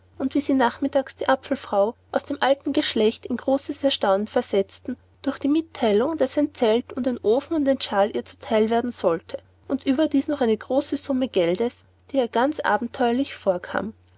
und wie sie nachmittags die apfelfrau aus altem geschlecht in großes erstaunen versetzten durch die mitteilung daß ein zelt und ein ofen und ein shawl ihr zu teil werden solle und überdies noch eine summe geldes die ihr ganz abenteuerlich vorkam